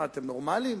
אתם נורמלים?